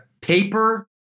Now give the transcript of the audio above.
paper